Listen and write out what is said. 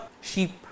sheep